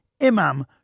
imam